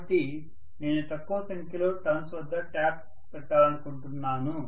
కాబట్టి నేను తక్కువ సంఖ్యలో టర్న్స్ వద్ద ట్యాప్ పెట్టాలనుకుంటున్నాను